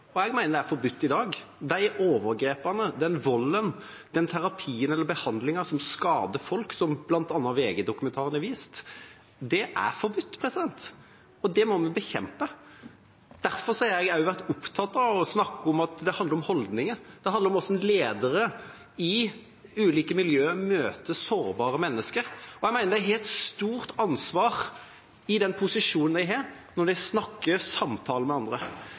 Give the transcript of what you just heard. Jeg mener det er forbudt i dag. De overgrepene, den volden, den terapien eller behandlingen som skader folk, som bl.a. VG-dokumentaren har vist, er forbudt, og det må vi bekjempe. Derfor har jeg også vært opptatt av å snakke om at det handler om holdninger, det handler om hvordan ledere i ulike miljøer møter sårbare mennesker. Jeg mener de har et stort ansvar i den posisjonen de har, når de samtaler med andre.